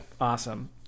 awesome